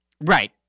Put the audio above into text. Right